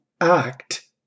act